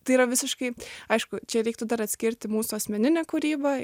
tai yra visiškai aišku čia reiktų dar atskirti mūsų asmeninę kūrybą